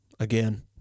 Again